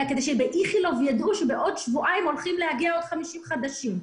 אלא גם כדי שבאיכילוב ידעו שבעוד שבועיים הולכים להגיע 50 חולים חדשים.